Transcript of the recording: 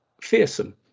fearsome